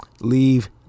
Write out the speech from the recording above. leave